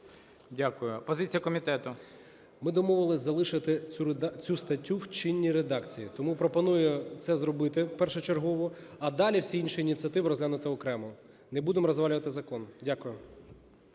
Д.А. Ми домовилися залишити цю статтю в чинній редакції. Тому пропоную це зробити першочергово, а далі всі інші ініціативи розглянути окремо. Не будемо розвалювати закон. Дякую.